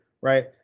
right